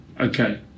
Okay